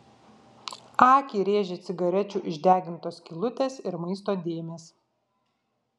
akį rėžė cigarečių išdegintos skylutės ir maisto dėmės